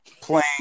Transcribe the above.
playing